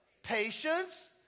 Patience